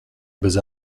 bez